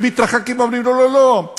הם מתרחקים ואומרים: לא, לא, לא.